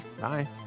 Bye